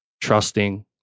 trusting